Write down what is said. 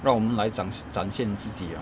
让我们来展展现自己 ah